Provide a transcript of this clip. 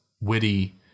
witty-